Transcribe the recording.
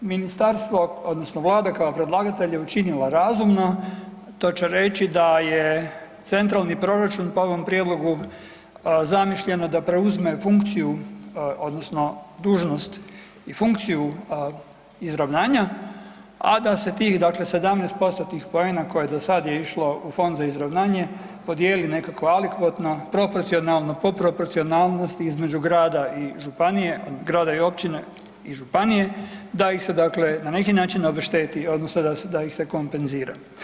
Ministarstvo odnosno Vlada kao predlagatelj je učinila razumno, to će reći da je centralni proračun po ovom prijedlogu zamišljen da preuzme funkciji odnosno dužnost i funkciju izravnanja, a da se tih 17%-tnih poena koje je do sada išlo u Fond za izravnanje podijeli nekako adekvatno proporcionalno, po proporcionalnosti između grada i županije, grada i općine i županije da ih se na neki način obešteti odnosno da ih se kompenzira.